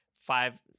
five